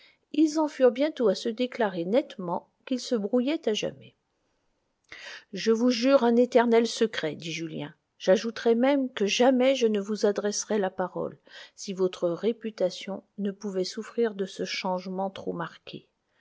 ils en furent bientôt à se déclarer nettement qu'ils se brouillaient à jamais je vous jure un éternel secret dit julien j'ajouterais même que jamais je ne vous adresserai la parole si votre réputation ne pouvait souffrir de ce changement trop marqué